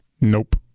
Nope